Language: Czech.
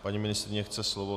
Paní ministryně chce slovo.